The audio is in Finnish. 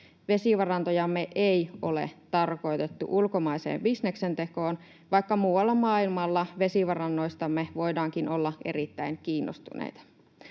Vesivarantojamme ei ole tarkoitettu ulkomaiseen bisneksentekoon, vaikka muualla maailmalla vesivarannoistamme voidaankin olla erittäin kiinnostuneita.